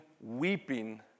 weeping